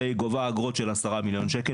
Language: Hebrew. והיא גובה אגרות של 10 מיליון שקל,